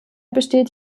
besteht